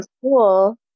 school